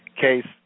case